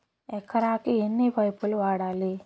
ఎకరాకి ఎన్ని పైపులు వాడాలి?